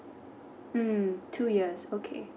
hmm two years okay